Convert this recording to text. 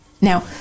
Now